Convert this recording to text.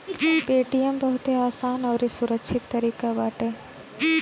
Paytm बहुते आसान अउरी सुरक्षित तरीका बाटे